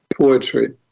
poetry